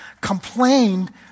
complained